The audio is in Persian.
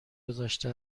گذاشته